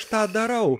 tą darau